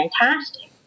fantastic